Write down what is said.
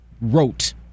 wrote